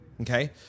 Okay